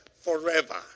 forever